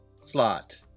Slot